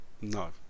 No